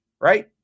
right